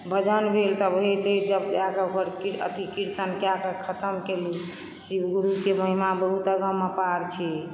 भजन भेल तब होइत होइत तब जाके ओकर अथी कीर्तन कएक खतम केलू शिवगुरुके महिमा बहुत अगम अपार छी